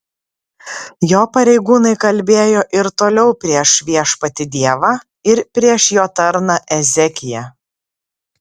jo pareigūnai kalbėjo ir toliau prieš viešpatį dievą ir prieš jo tarną ezekiją